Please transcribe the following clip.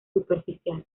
superficial